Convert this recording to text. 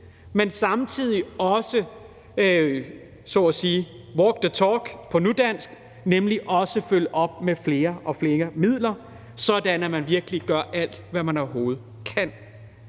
men samtidig også walk the talk så at sige på nudansk, nemlig også at følge op med flere og flere midler, sådan at man virkelig gør alt, hvad man overhovedet kan.